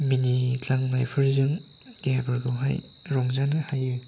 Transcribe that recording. मिनिग्लांनायफोरजों देहाफोरखौहाय रंजानो हायो